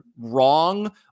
wrong